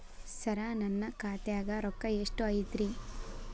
ಸರ ನನ್ನ ಖಾತ್ಯಾಗ ರೊಕ್ಕ ಎಷ್ಟು ಐತಿರಿ?